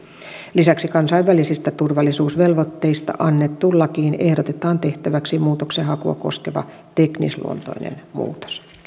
lisäksi kansainvälisistä turvallisuusvelvoitteista annettuun lakiin ehdotetaan tehtäväksi muutoksenhakua koskeva teknisluontoinen muutos